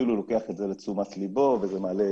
אפילו לוקח את זה לתשומת ליבו וזה מעלה